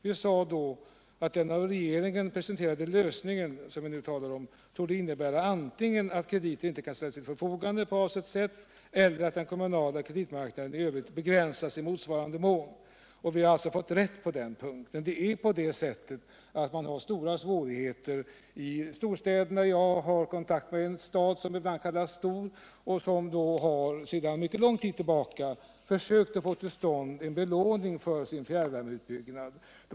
Vi sade då att den av regeringen presenterade lösningen — det är den vi nu talar om — torde innebära antingen att krediter inte kan ställas till förfogande på avsett sätt eller att den kommunala kreditmarknaden i övrigt begränsas i motsvarande mån. Vi har fått rätt på den punkten. Man har stora svårigheter i storstäderna. Jag har kontakt raed en stad som ibland kallas stor och som sedan lång tid tillbaka försökt att få till stånd en belåning för sin fjärrvärmeutbyggnad.